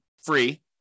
free